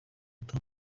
itatu